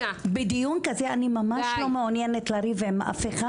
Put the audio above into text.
בדיון כזה אני ממש לא מעוניינת לריב עם אף אחד.